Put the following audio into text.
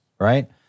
Right